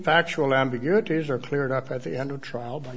factual ambiguities are cleared up at the end of a trial by